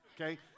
Okay